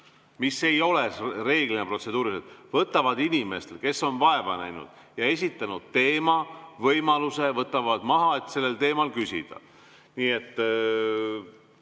mis ei ole reeglina protseduurilised, võtavad inimestelt, kes on vaeva näinud ja esitanud teema, võimaluse sellel teemal küsida.